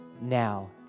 now